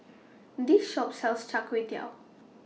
This Shop sells Char Kway Teow